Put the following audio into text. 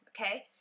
okay